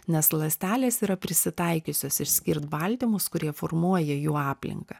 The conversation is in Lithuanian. nes ląstelės yra prisitaikiusios išskirt baltymus kurie formuoja jų aplinką